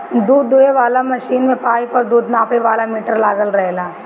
दूध दूहे वाला मशीन में पाइप और दूध नापे वाला मीटर लागल रहेला